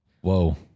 Whoa